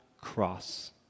cross